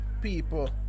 people